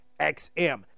XM